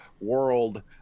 world